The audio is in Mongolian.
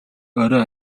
орой